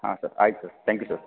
ಹಾಂ ಸರ್ ಆಯ್ತು sir thank you sir